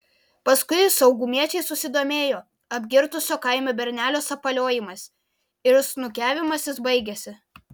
paskui saugumiečiai susidomėjo apgirtusio kaimo bernelio sapaliojimais ir snukiavimasis baigėsi